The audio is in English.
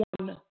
one